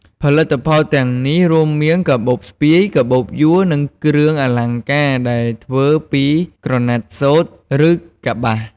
ផលិតផលទាំងនេះរួមមានកាបូបស្ពាយ កាបូបយួរ និងគ្រឿងអលង្ការដែលធ្វើពីក្រណាត់សូត្រ ឬកប្បាស។